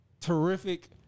terrific